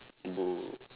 would